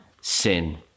sin